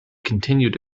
continued